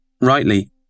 rightly